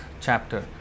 chapter